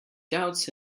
doubts